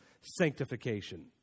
sanctification